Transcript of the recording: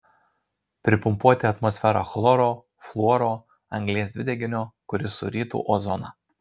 pripumpuoti atmosferą chloro fluoro anglies dvideginio kuris surytų ozoną